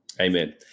Amen